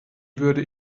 würde